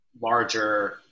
larger